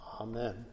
Amen